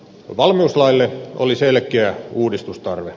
valmiuslaille oli selkeä uudistustarve